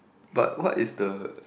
but what is the